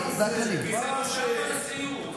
למה צריך אישור יו"ר?